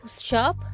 shop